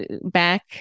back